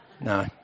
no